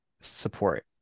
support